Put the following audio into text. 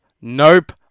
Nope